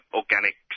organic